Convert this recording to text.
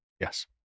Yes